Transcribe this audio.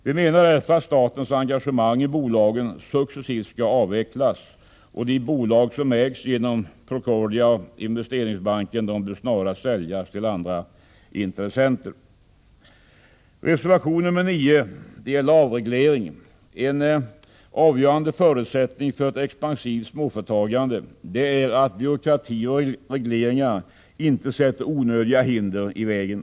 Vi menar därför att statens engagemang i bolagen successivt skall avvecklas. De bolag som ägs genom Procordia och Investeringsbanken bör snarast säljas till andra intressenter. Reservation 9 gäller avregleringen. En avgörande förutsättning för ett expansivt småföretagande är att byråkrati och regleringar inte sätter onödiga hinder i vägen.